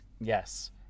Yes